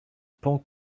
pan